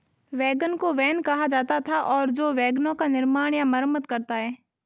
wagon को wain कहा जाता था और जो वैगनों का निर्माण या मरम्मत करता है